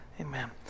Amen